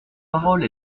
parole